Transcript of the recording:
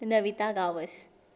Navita Gawas